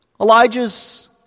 Elijah's